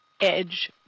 edge